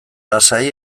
lasai